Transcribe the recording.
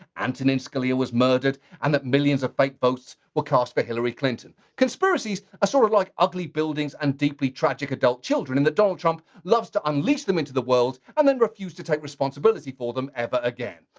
antonin scalia was murdered, and that millions of fake votes were cast for hillary clinton. conspiracies are sort of like ugly buildings and deeply tragic adult children, in that donald trump loves to unleash them into the world, and then refuse to take responsibility for them ever again.